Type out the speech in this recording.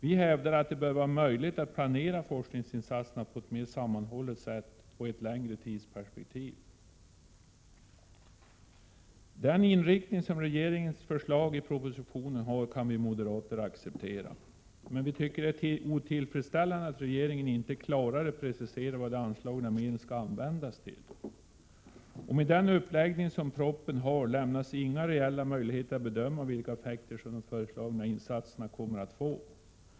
Vi hävdar att det bör vara möjligt att planera forskningsinsatserna på ett mer sammanhållet sätt och i ett längre tidsperspektiv. Den inriktning som regeringens förslag i propositionen har kan vi moderater acceptera, men vi tycker det är otillfredsställande att regeringen inte klarare preciserar vad de anslagna medlen skall användas till. Med den uppläggning som propositionen har lämnas inga reella möjligheter att bedöma vilka effekter de föreslagna insatserna kan få.